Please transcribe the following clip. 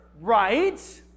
Right